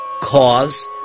cause